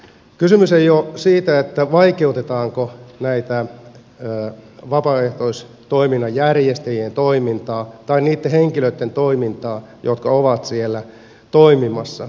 kysymys ei ole siitä vaikeutetaanko vapaaehtoistoiminnan järjestäjien toimintaa tai niitten henkilöitten toimintaa jotka ovat siellä toimimassa